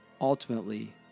Ultimately